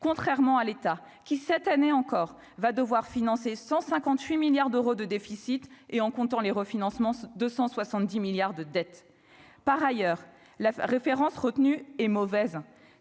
contrairement à l'État qui, cette année encore, va devoir financer 158 milliards d'euros de déficit et en comptant les refinancements 270 milliards de dettes par ailleurs la référence retenue est mauvaise,